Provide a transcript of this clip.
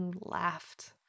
laughed